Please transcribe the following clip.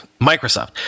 Microsoft